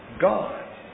God